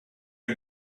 you